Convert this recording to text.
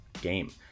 game